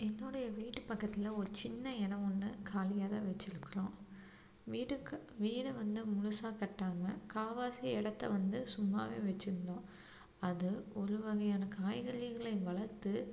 என்னுடைய வீட்டு பக்கத்தில் ஒரு சின்ன இடோம் ஒன்று காலியாக தான் வச்சிருக்குறோம் வீட்டுக்கு வீடை வந்து முழுசா கட்டாமல் கால்வாசி இடத்த வந்து சும்மாவே வச்சிருந்தோம் அது ஒரு வகையான காய்கறிகளை வளர்த்து